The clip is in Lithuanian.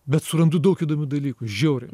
bet surandu daug įdomių dalykų žiauriai